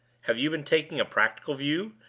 have you been taking a practical view?